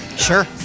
Sure